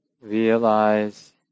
realize